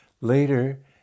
Later